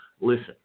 Listen